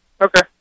Okay